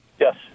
Yes